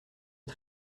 est